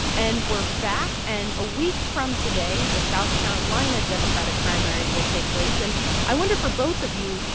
and we're back. and a week from today, the south carolina democratic primaries will take place. and i wonder, for both of you,